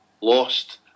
Lost